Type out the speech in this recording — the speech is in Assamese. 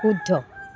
শুদ্ধ